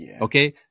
okay